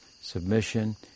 submission